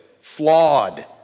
flawed